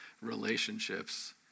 relationships